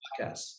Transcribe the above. podcasts